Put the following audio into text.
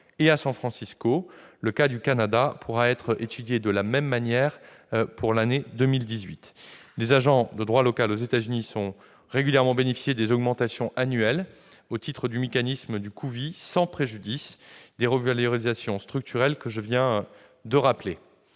et à San Francisco. Le cas du Canada pourra être étudié de la même manière en 2018. Les agents de droit local aux États-Unis ont régulièrement bénéficié des augmentations annuelles au titre du mécanisme du coût-vie, sans préjudice des revalorisations structurelles que je viens de rappeler.